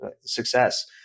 success